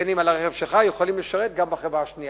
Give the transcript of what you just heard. שמותקנים על הרכב שלך יכולים לשרת גם בחברה השנייה.